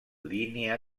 línia